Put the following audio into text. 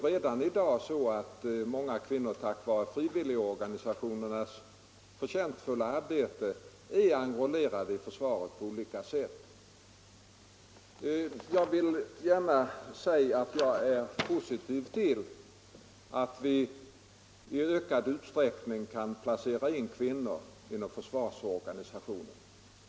Redan i dag är ju många kvinnor tack vare frivilligorganisationernas förtjänstfulla arbete enrollerade i försvaret på olika sätt. Jag vill gärna säga att jag är positiv till att i ökad utsträckning placera in kvinnor inom försvarsorganisationen.